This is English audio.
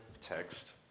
text